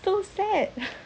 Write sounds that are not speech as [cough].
so sad [noise]